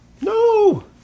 No